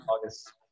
August